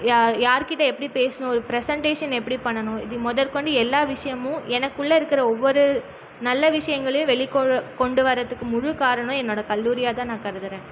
யார் கிட்ட எப்படி பேசணும் ஒரு ப்ரெசென்ட்டேஷன் எப்படி பண்ணனும் இது முதற்கொண்டு எல்லா விஷயமும் எனக்குள்ளே இருக்கிற ஒவ்வொரு நல்ல விஷயங்களையும் வெளி வெளிக்கொண்டு வரத்துக்கு முழு கரணம் என்னோட கல்லூரியாகதான் நான் கருதுகிறேன்